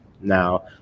Now